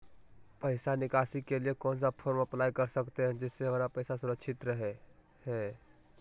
पैसा निकासी के लिए कौन सा फॉर्म अप्लाई कर सकते हैं जिससे हमारे पैसा सुरक्षित रहे हैं?